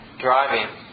driving